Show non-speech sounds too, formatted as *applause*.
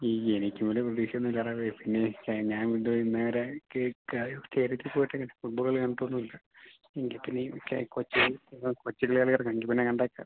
ഈ എനിക്കിവിടെ പ്രതീക്ഷയൊന്നും ഇല്ലാതായിപ്പോയി പിന്നെ ഇപ്പോൾ ഞാൻ ഇവിടെ നിന്ന് വെറെ *unintelligible* സ്റ്റേഡിയത്തിൽ പോയിട്ടിനി ഫുട്ബോൾ കളി കണ്ടിട്ടൊന്നും ഇല്ല എങ്കിൽപ്പിന്നെ കൊച്ചി ഇന്ന് *unintelligible* കണ്ട് പിന്നെ രണ്ടാഴ്ച്ച